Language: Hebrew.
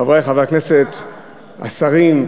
חברי חברי הכנסת, השרים,